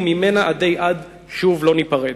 וממנה עדי עד שוב לא ניפרד.